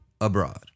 Abroad